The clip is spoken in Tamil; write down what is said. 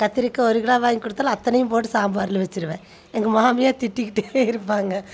கத்திரிக்காய் ஒரு கிலோ வாங்கி கொடுத்தாலும் அத்தனையும் போட்டு சாம்பாரில் வச்சுடுவேன் எங்கள் மாமியார் திட்டிகிட்டு இருப்பாங்க